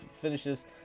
finishes